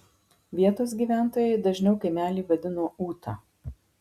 vietos gyventojai dažniau kaimelį vadino ūta